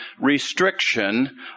restriction